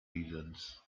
reasons